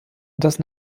das